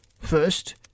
First